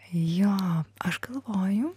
jo aš galvojau